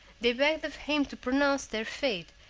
they begged of him to pronounce their fate,